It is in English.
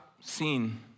seen